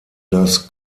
das